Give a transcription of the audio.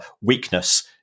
weakness